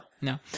No